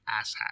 asshat